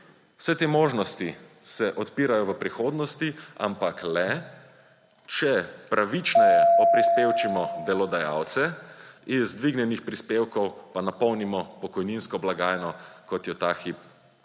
Vse te možnosti se odpirajo v prihodnosti, ampak le, če pravičneje oprispevčimo delodajalce, iz dvignjenih prispevkov pa napolnimo pokojninsko blagajno, kot jo ta